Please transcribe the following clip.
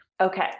okay